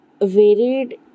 varied